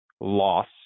loss